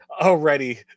already